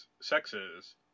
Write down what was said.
sexes